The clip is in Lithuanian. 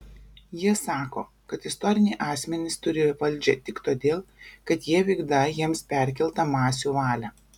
jie sako kad istoriniai asmenys turį valdžią tik todėl kad jie vykdą jiems perkeltą masių valią